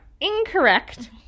incorrect